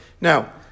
Now